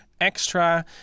extra